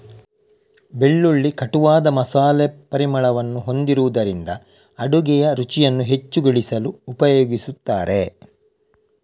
ಬೆಳ್ಳುಳ್ಳಿ ಕಟುವಾದ ಮಸಾಲೆ ಪರಿಮಳವನ್ನು ಹೊಂದಿರುವುದರಿಂದ ಅಡುಗೆಯ ರುಚಿಯನ್ನು ಹೆಚ್ಚುಗೊಳಿಸಲು ಉಪಯೋಗಿಸುತ್ತಾರೆ